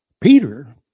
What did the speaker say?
Peter